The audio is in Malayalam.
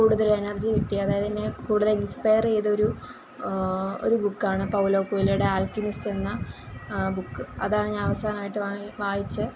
കൂടുതൽ എനർജി കിട്ടി അതായത് എന്നെ കൂടുതൽ ഇൻസ്പെയർ ചെയ്തൊരു ബുക്കാണ് പൗലോ കൊയ്ലോടെ ആൽകിമിസ്ട് എന്ന ആ ബുക്ക് അതാണ് ഞാൻ അവസാനമായിട്ട് വാങ്ങി വായിച്ച